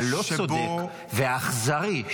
הלא-צודק והאכזרי,